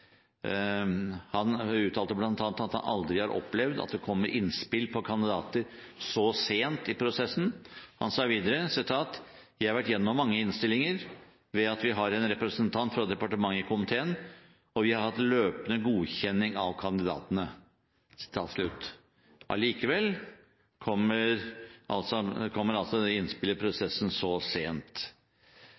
Han uttalte bl.a. at han aldri har opplevd at det kommer innspill til kandidater så sent i prosessen. Han sa videre: «Jeg har vært gjennom mange innstillinger, og ved at vi har en representant fra departementet i komiteen, har vi hatt løpende godkjenning av kandidatene.» Allikevel kommer altså det innspillet i prosessen så sent.